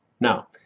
Now